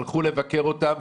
הם הלכו לבקר אותם,